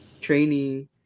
training